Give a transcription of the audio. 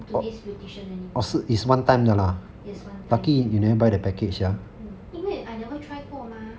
today's beautician anymore is one time mm 因为 I never try 过吗 mah